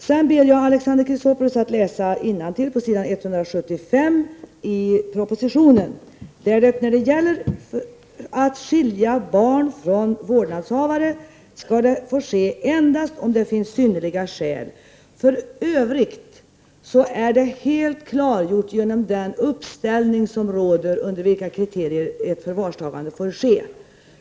Sedan ber jag Alexander Chrisopoulos läsa innantill på s. 175 i propositionen där det står: ”Om ett barn under sexton år skulle komma att skiljas från sin vårdnadshavare ——— får åtgärden vidtas endast om det finns synnerliga skäl.” För övrigt är det helt klargjort under vilka kriterier ett förvarstagande får ske.